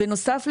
בנוסף לזה,